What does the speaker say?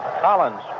Collins